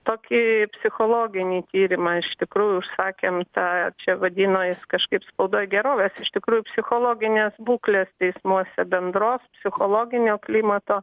tokį psichologinį tyrimą iš tikrųjų užsakėm tą čia vadino jis kažkaip spaudoj gerovės iš tikrųjų psichologinės būklės teismuose bendros psichologinio klimato